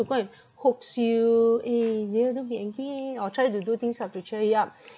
go and coax you eh dear don't be angry or try to do things up to cheer you up